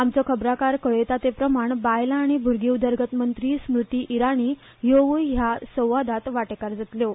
आमचो खबरांकार कळयता ते प्रमाण बायलां आनी भूरग्यां उदरगत मंत्री स्मूती इराणी ह्योवूय ह्या संवादात वांटेकार जातल्यो